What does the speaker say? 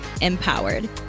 empowered